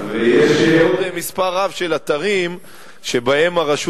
ויש עוד מספר רב של אתרים שבהם הרשות